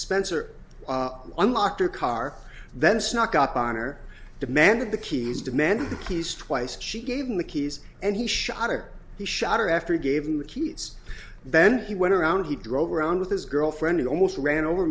spencer unlocked her car then snuck up on her demanded the keys demanded the keys twice she gave him the keys and he shot her he shot her after he gave him the keys then he went around he drove around with his girlfriend and almost ran over